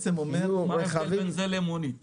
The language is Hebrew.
מה ההבדל בין זה לבין מונית?